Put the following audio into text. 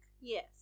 Yes